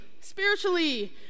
spiritually